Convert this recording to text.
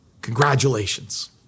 congratulations